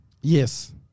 Yes